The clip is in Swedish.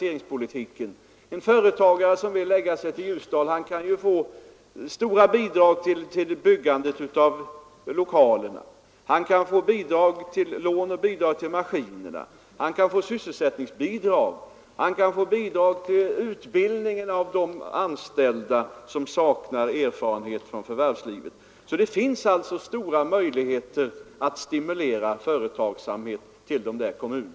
En företagare som vill starta verksamhet i Ljusdal kan få stora bidrag till byggande av lokaler, bidrag till maskiner, sysselsättningsbidrag samt bidrag till utbildning av de anställda som saknar erfarenhet från förvärvslivet. Det finns alltså stora möjligheter att stimulera företagsamhet i dessa kommuner.